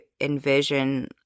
envision